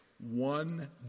one